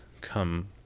come